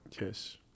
Yes